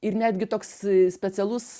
ir netgi toks specialus